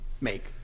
Make